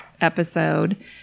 episode